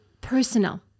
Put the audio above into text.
personal